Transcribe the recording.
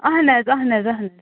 اَہَن حظ اَہَن حظ اَہَن حظ